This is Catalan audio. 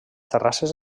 terrasses